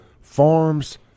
Farms